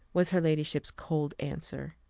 was her ladyship's cold answer.